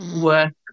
work